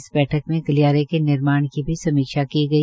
इस बैठक मे गलियारे के निर्माण की भी समीक्षा की गई